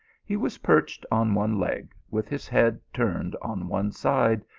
he was perched on one leg, with his head turned on one side,